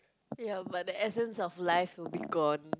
ya but the essence of life will be gone